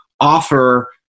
offer